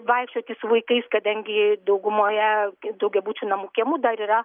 vaikščioti su vaikais kadangi daugumoje daugiabučių namų kiemų dar yra